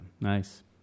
Nice